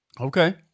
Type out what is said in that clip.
Okay